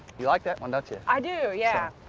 you like that one, don't you? i do, yeah.